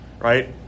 right